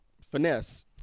finesse